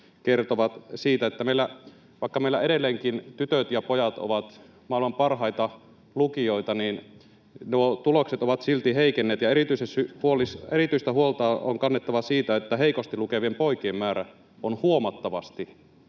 kertovat siitä, että vaikka meillä edelleenkin tytöt ja pojat ovat maailman parhaita lukijoita, niin tulokset ovat silti heikenneet, ja erityistä huolta on kannettava siitä, että heikosti lukevien poikien määrä on huomattavasti noussut.